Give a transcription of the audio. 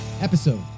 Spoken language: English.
episode